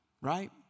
Right